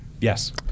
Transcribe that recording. Yes